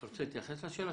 אתה רוצה להתייחס לשאלה?